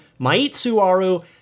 Maitsuaru